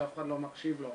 שאף אחד לא מקשיב לו,